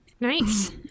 Nice